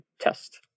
test